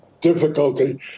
difficulty